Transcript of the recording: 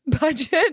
budget